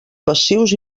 passius